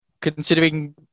Considering